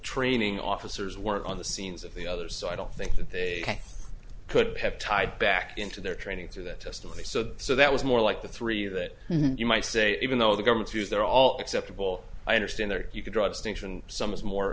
training officers weren't on the scenes of the others so i don't think that they could have tied back into their training through that testimony so that was more like the three that you might say even though the government's use they're all acceptable i understand there you can draw a distinction some is more